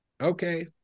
Okay